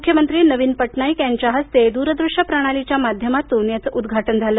मुख्यमंत्री नवीन पटनाईक यांच्या हस्ते दूरदृश्य प्रणालीच्या माध्यमातून करण्यात आलं